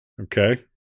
okay